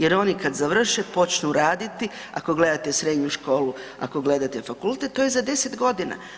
Jer oni kad završe, počnu raditi, ako gledate srednju školu, ako gledate fakultet, to je za 10 godina.